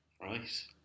Right